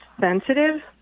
sensitive